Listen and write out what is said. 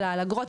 אלא על אגרות,